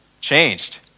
changed